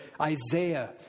Isaiah